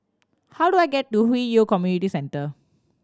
how do I get to Hwi Yoh Community Centre